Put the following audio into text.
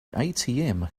atm